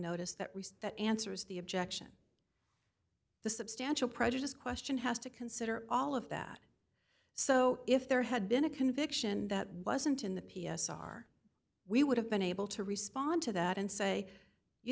notice that we see that answers the objection the substantial prejudice question has to consider all of that so if there had been a conviction that wasn't in the p s r we would have been able to respond to that and say you